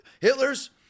Hitler's